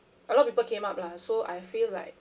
a lot people came up lah so I feel like